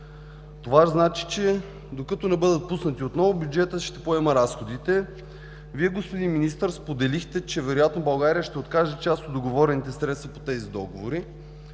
Това значи, че докато не бъдат пуснати отново, бюджетът ще поема разходите. Вие, господин Министър, споделихте, че вероятно България ще откаже част от договорените средства по тези договори,